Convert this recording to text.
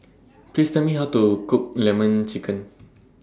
Please Tell Me How to Cook Lemon Chicken